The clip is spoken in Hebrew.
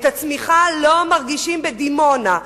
את הצמיחה לא מרגישים בדימונה,